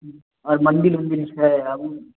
आओर मन्दिर उन्दिल छै आबु ने